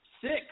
six